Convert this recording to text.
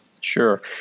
Sure